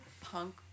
punk